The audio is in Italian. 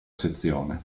sezione